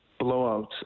blowouts